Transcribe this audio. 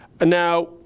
now